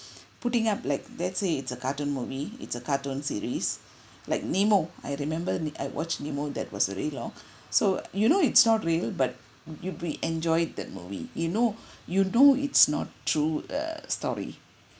putting up like let's say it's a cartoon movie it's a cartoon series like nemo I remember ne~ I watched nemo that was really long so you know it's not real but you be enjoyed that movie you know you do it's not true the story